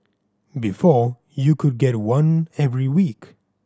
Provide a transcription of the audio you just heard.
before you could get one every week